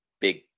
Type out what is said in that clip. big